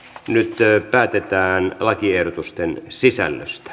nyt päätetään lakiehdotusten sisällöstä